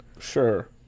Sure